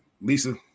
Lisa